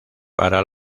para